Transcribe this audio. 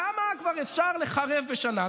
כמה אפשר לחרב בשנה?